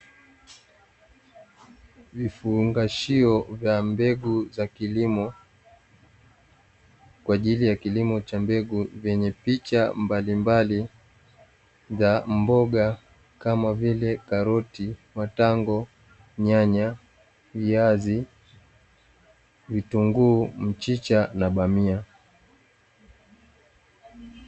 Vifungashio vya mbegu za kilimo kwa ajili ya kilimo cha mbegu, vyenye picha mbalimbali za mboga kama vile: karoti, matango, nyanya, viazi, vitunguu, mchicha na bamia.